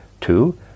Two